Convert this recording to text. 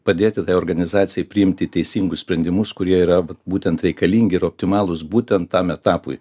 padėti tai organizacijai priimti teisingus sprendimus kurie yra būtent reikalingi ir optimalūs būtent tam etapui